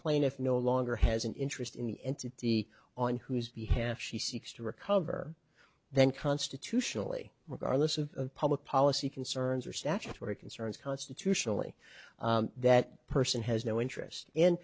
plaintiff no longer has an interest in the entity on whose behalf she seeks to recover then constitutionally regardless of public policy concerns or statutory concerns constitutionally that person has no interest in